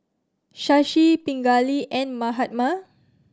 Shashi Pingali and Mahatma